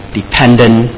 dependent